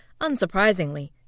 unsurprisingly